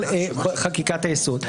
על חקיקת היסוד.